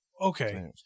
okay